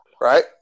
Right